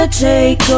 take